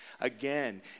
again